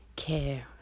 care